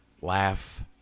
laugh